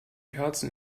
kerzen